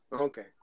Okay